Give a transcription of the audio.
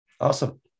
Awesome